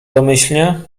domyślnie